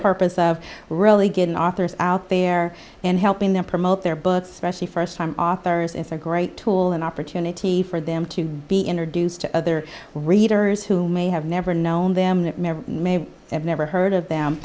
purpose of really getting authors out there and helping them promote their books especially first time authors is a great tool an opportunity for them to be introduced to other readers who may have never known them and may have never heard of them